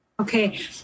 Okay